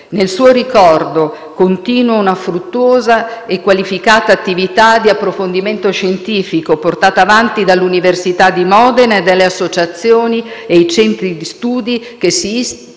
Nel suo ricordo continua una fruttuosa e qualificata attività di approfondimento scientifico, portata avanti dalle università di Modena e dalle associazioni e i centri di studi che si ispirano